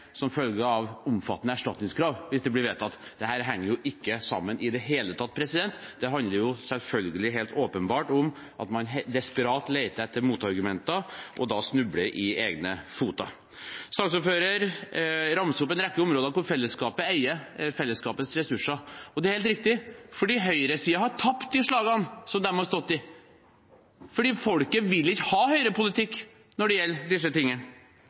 som følge av omfattende erstatningskrav hvis det blir vedtatt. Dette henger ikke sammen i det hele tatt – det handler selvfølgelig helt åpenbart om at man desperat leter etter motargumenter, og da snubler i egne føtter. Saksordføreren ramser opp en rekke områder hvor fellesskapet eier fellesskapets ressurser. Det er helt riktig. Høyresiden har tapt de slagene som de har stått i, fordi folket ikke vil ha høyrepolitikk når det gjelder disse tingene.